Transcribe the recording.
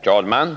Herr talman!